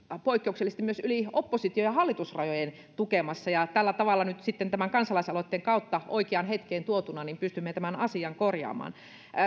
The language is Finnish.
poikkeuksellisesti myös yli oppositio ja ja hallitusrajojen tukemassa ja tällä tavalla nyt sitten tämän kansalaisaloitteen kautta oikealla hetkellä tuotuna pystymme tämän asian korjaamaan